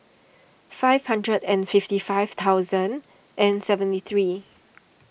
five hundred and fifty five thousand and seventy three